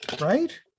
Right